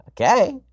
Okay